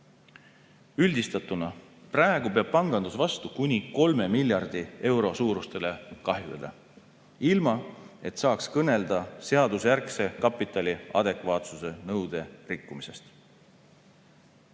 Üldistatuna, praegu peab pangandus vastu kuni 3 miljardi euro suurustele kahjudele, ilma et saaks kõnelda seadusjärgse kapitali adekvaatsuse nõude rikkumisest.